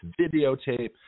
videotape